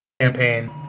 campaign